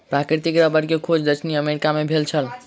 प्राकृतिक रबड़ के खोज दक्षिण अमेरिका मे भेल छल